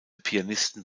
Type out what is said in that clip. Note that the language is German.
pianisten